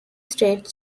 straight